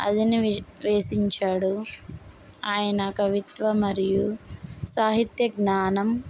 అధిని వే వేషించాడు ఆయన కవిత్వ మరియు సాహిత్య జ్ఞానం